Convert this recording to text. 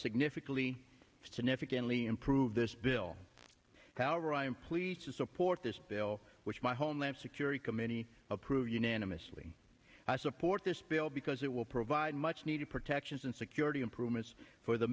significantly significantly improve this bill however i am pleased to support this bill which my homeland security committee approved unanimously i support this bill because it will provide much needed protections and security improvements for the